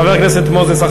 חבר הכנסת מוזס.